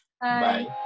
bye